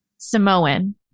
Samoan